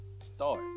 Start